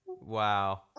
Wow